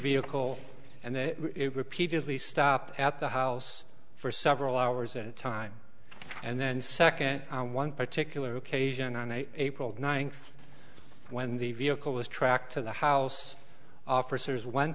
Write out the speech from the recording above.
vehicle and then repeatedly stop at the house for several hours at a time and then second one particular occasion on april ninth when the vehicle was tracked to the house officers went